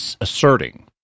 asserting